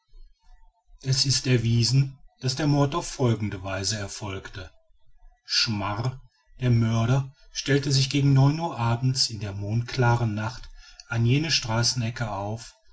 es ist erwiesen daß der mord auf folgende weise erfolgte schmar der mörder stellte sich gegen neun uhr abends in der mondklaren nacht an jener straßenecke auf